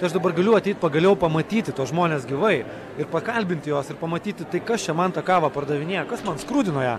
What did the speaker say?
tai aš dabar galiu ateit pagaliau pamatyti tuos žmones gyvai ir pakalbinti juos ir pamatyti tai kas čia man tą kavą pardavinėja kas man skrudina ją